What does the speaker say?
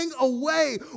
away